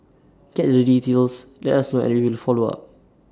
get the details let us and we will follow up